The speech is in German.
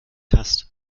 hast